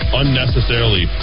unnecessarily